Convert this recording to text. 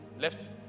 left